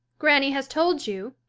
granny has told you?